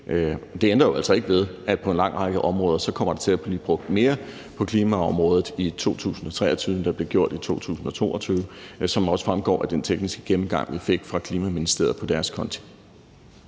Det ændrer jo altså ikke ved, at der på en lang række områder kommer til at blive brugt mere på klimaområdet i 2023, end der blev gjort i 2022, hvilket også fremgår af den tekniske gennemgang, vi fik fra Klima-, Energi og